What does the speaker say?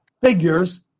figures